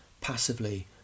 passively